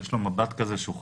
יש לו מבט כזה שהוא חושב,